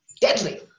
deadly